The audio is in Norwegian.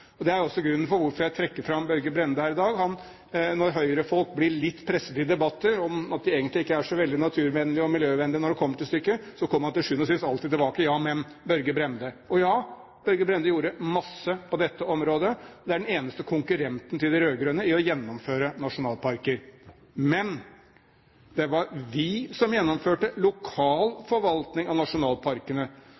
Det er også grunnen til at jeg trekker fram Børge Brende her i dag. Når Høyre-folk blir litt presset i debatter om at de egentlig ikke er så veldig naturvennlige og miljøvennlige når det kommer til stykket, kommer man til sjuende og sist alltid tilbake til: ja, men Børge Brende. Ja, Børge Brende gjorde masse på dette området. Det er den eneste konkurrenten til de rød-grønne i å gjennomføre nasjonalparkplaner. Men det var vi som gjennomførte lokal